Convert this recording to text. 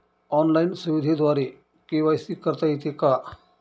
Online सुविधेद्वारे KYC करता येते का?